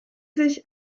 sich